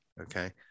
okay